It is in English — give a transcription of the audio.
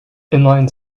inline